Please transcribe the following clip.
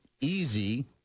easy